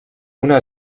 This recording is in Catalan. una